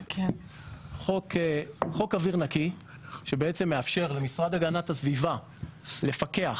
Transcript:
חוק אוויר נקי שמאפשר למשרד הגנת הסביבה לפקח